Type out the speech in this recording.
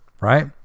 right